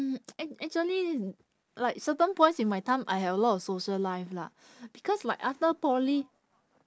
mm act~ actually like certain points in my time I had a lot of social life lah because like after poly